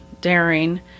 daring